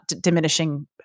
diminishing